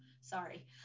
Sorry